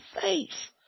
face